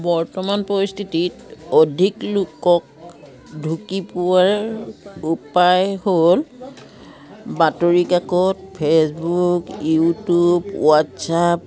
বৰ্তমান পৰিস্থিতিত অধিক লোকক ঢুকি পোৱাৰ উপায় হ'ল বাতৰিকাকত ফেচবুক ইউটিউব হোৱাটছআপ